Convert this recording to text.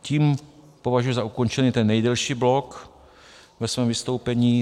Tím považuji za ukončený ten nejdelší blok ve svém vystoupení.